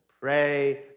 pray